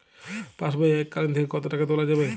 পাশবই এককালীন থেকে কত টাকা তোলা যাবে?